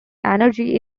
energy